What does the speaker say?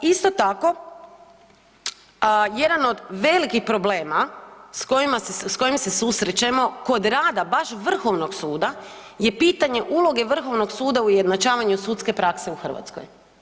Isto tako, jedan od velikih problema s kojim se susrećemo kod rada baš Vrhovnog suda je pitanje uloge Vrhovnog suda u ujednačavanju sudske prakse u Hrvatskoj.